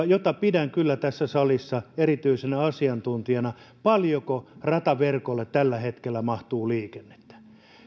jota pidän kyllä tässä salissa erityisenä asiantuntijana esitti näkemyksensä paljonko rataverkolle tällä hetkellä mahtuu liikennettä